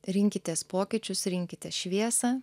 rinkitės pokyčius rinkitės šviesą